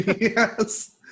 yes